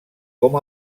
com